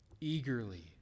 eagerly